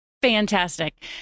Fantastic